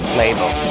label